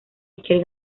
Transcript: maker